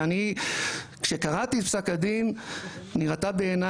ואני כשקראתי את פסק הדין נראתה בעיני